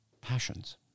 passions